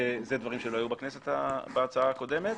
אלה דברים שלא היו בהצעה הקודמת,